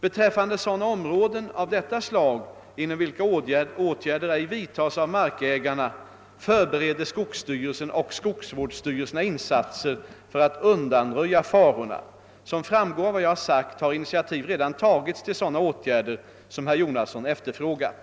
Beträffande sådana områden av detta slag inom vilka åtgärder ej vidtas av markägarna förbereder skogsstyrelsen och skogsvårdsstyrelserna insatser för att undanröja farorna. Sö Som framgår av vad jag sagt har initiativ redan tagits till sådana åtgärder. som herr Jonasson efterfrågat.